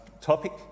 topic